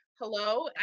hello